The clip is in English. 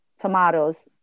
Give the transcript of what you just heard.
tomatoes